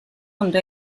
ondo